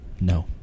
No